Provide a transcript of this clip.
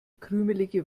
krümelige